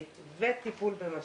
וטיפול במשברים.